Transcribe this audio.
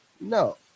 No